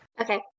Okay